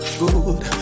good